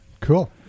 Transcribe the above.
Cool